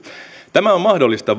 tämä on mahdollista